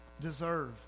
deserve